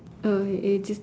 oh it it just